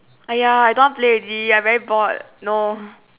!aiya! I don't want play already I very bored no